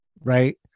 right